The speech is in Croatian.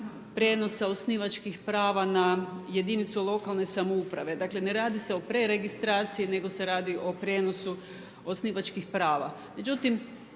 prijenosa osnivačkih prava na jedinicu lokalne samouprave. Dakle, ne radi se o preregistraciji, nego se radi o prijenosu osnivačkih prava.